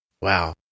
Wow